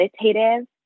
meditative